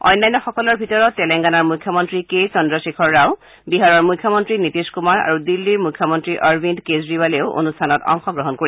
অন্যান্যসকলৰ ভিতৰত তেলেংগানাৰ মুখ্যমন্ত্ৰী কে চন্দ্ৰশেখৰ ৰাও বিহাৰৰ মুখ্যমন্ত্ৰী নীতিশ কুমাৰ আৰু দিল্লীৰ মুখ্যমন্ত্ৰী অৰবিন্দ কেজৰিৱালেও অনুষ্ঠানত অংশগ্ৰহণ কৰিব